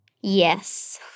Yes